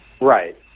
right